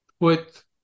put